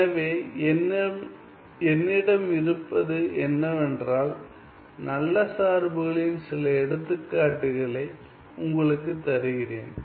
எனவே என்னிடம் இருப்பது என்னவென்றால் நல்ல சார்புகளின் சில எடுத்துக்காட்டுகளை உங்களுக்கு தருகிறேன்